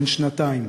בן שנתיים,